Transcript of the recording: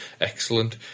Excellent